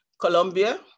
Colombia